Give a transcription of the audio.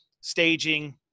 staging